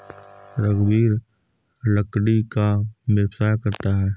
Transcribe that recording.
रघुवीर लकड़ी का व्यवसाय करता है